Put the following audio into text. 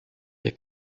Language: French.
est